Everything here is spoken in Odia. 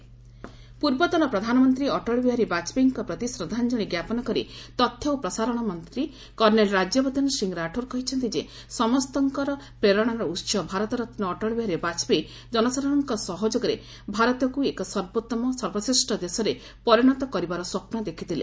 ରାଠୋର ବାଜପେୟୀ ପୂର୍ବତନ ପ୍ରଧାନମନ୍ତ୍ରୀ ଅଟଳ ବିହାରୀ ବାକ୍ଷପେୟୀଙ୍କ ପ୍ରତି ଶ୍ରଦ୍ଧାଞ୍ଜଳି ଜ୍ଞାପନ କରି ତଥ୍ୟ ଓ ପ୍ରସାରଣ ମନ୍ତ୍ରୀ କର୍ଣ୍ଣେଲ ରାଜ୍ୟବର୍ଦ୍ଧନ ରାଠୋର କହିଛନ୍ତି ଯେ ସମସ୍ତଙ୍କର ପ୍ରେରଣାର ଉତ୍ସ ଭାରତରନ୍ ଅଟଳ ବିହାରୀ ବାଜପେୟୀ ଜନସାଧାରଣଙ୍କ ସହଯୋଗରେ ଭାରତକୁ ଏକ ସର୍ବୋତ୍ତମ ସର୍ବଶ୍ରେଷ୍ଠ ଦେଶରେ ପରିଶଦ କରିବାର ସ୍ୱପ୍ନ ଦେଖିଥିଲେ